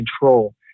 control